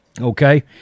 okay